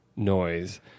noise